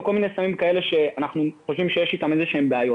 או סמים כאלה שאנחנו חושבים שיש אתם בעיות,